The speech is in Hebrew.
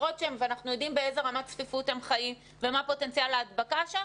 אנחנו יודעים באיזה רמת צפיפות הם חיים ומה פוטנציאל ההדבקה שם,